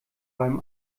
beim